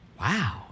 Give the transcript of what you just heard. Wow